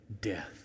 death